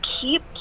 keep